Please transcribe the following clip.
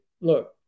look